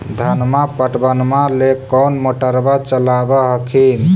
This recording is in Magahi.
धनमा पटबनमा ले कौन मोटरबा चलाबा हखिन?